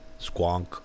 Squonk